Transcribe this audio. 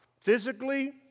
physically